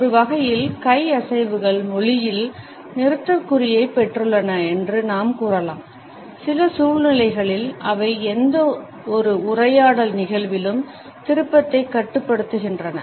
ஒரு வகையில் கை அசைவுகள் மொழியில் நிறுத்தற்குறியைப் பெற்றுள்ளன என்று நாம் கூறலாம் சில சூழ்நிலைகளில் அவை எந்தவொரு உரையாடல் நிகழ்விலும் திருப்பத்தை கட்டுப்படுத்துகின்றன